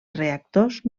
reactors